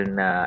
na